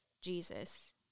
jesus